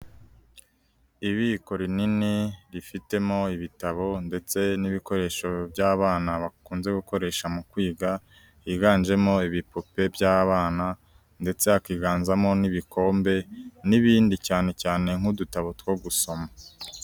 Ibiko rinini rifitemo ibitabo ndetse n'ibikoresho by'abana bakunze gukoresha mu kwiga, higanjemo ibipupe by'abana ndetse hakivanzamo n'ibikombe, n'ibindi cyane cyane nk'udutabo two gusoma.